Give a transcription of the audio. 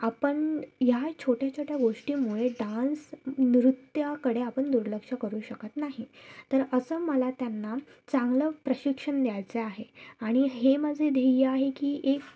आपण ह्या छोट्या छोट्या गोष्टीमुळे डान्स नृत्याकडे आपण दुर्लक्ष करू शकत नाही तर असं मला त्यांना चांगलं प्रशिक्षण द्यायचं आहे आणि हे माझे ध्येय आहे की एक